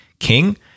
king